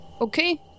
Okay